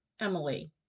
Emily